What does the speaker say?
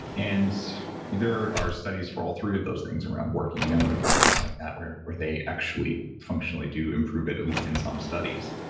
and there are studies for all three of those things around working memory and things like that where where they actually functionally do improve it, at least in some studies.